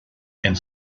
and